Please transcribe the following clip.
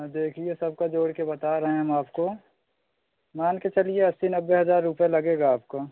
देखिए सबका जोड़कर हम बता रहे हैं आपको मान के चलिए अस्सी नब्बे हज़ार रुपया लगेगा आपको